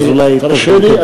אולי תסביר.